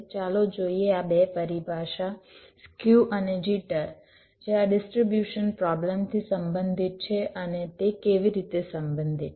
ચાલો જોઈએ આ બે પરિભાષા સ્ક્યુ અને જિટર જે આ ડિસ્ટ્રીબ્યુશન પ્રોબ્લેમ થી સંબંધિત છે અને તે કેવી રીતે સંબંધિત છે